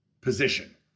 position